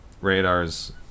Radar's